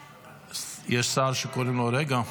יש שר שקוראים לו רגע?